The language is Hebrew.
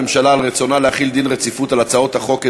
הממשלה על רצונה להחיל דין רציפות על הצעות חוק.